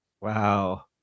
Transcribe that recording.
Wow